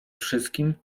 wszystkim